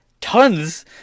tons